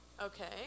okay